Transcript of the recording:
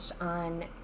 on